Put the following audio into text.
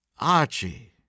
Archie